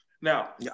Now